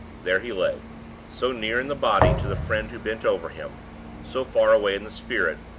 there he lay so near in the body to the friend who bent over him so far away in the spirit,